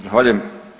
Zahvaljujem.